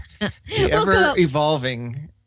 ever-evolving